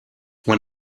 when